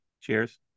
Cheers